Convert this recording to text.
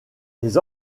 les